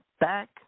back